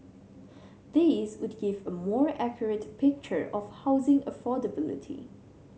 these would give a more accurate picture of housing affordability